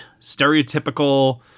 stereotypical